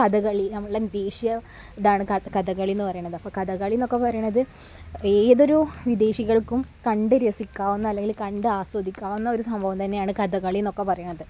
കഥകളി നമ്മുടെ ദേശിയ ഇതാണ് കഥകളി എന്ന് പറയുന്നത് അപ്പോള് കഥകളി എന്നൊക്കെ പറയുന്നത് ഏതൊരു വിദേശികൾക്കും കണ്ടു രസിക്കാവുന്ന അല്ലെങ്കില് കണ്ട് ആസ്വദിക്കാവുന്ന ഒരു സംഭവം തന്നെയാണ് കഥകളി എന്നൊക്കെ പറയുന്നത്